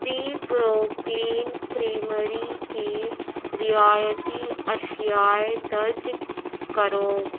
دی Brooklyn Creamery کی رعایتی اشیائیں درج کرو